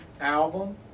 album